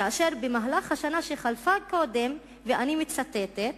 כאשר במהלך השנה שחלפה קודם היו, ואני מצטטת: